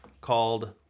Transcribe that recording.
called